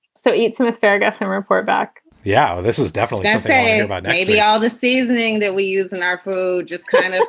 so eat some asparagus and report back. yeah this is definitely say about maybe all the seasoning that we use in our food. just cooking